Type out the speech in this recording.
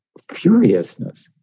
furiousness